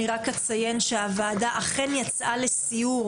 אני רק אציין שהוועדה אכן יצאה לסיור